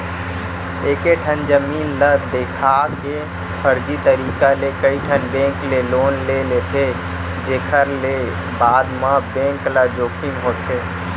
एकेठन जमीन ल देखा के फरजी तरीका ले कइठन बेंक ले लोन ले लेथे जेखर ले बाद म बेंक ल जोखिम होथे